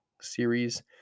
series